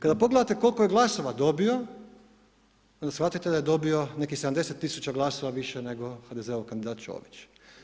Kada pogledate koliko je glasova dobio, onda shvatite da je dobio nekih 70 000 glasova više nego HDZ-ov kandidat Čović.